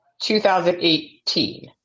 2018